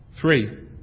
Three